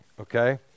okay